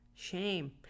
Shame